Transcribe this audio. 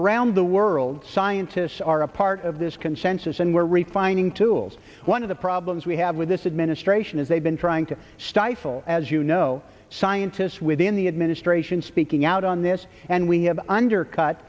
around the world scientists are a part of this consensus and we're replying tools one of the problems we have this administration is they've been trying to stifle as you know scientists within the administration speaking out on this and we have undercut